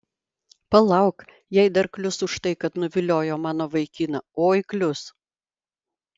palauk jai dar klius už tai kad nuviliojo mano vaikiną oi klius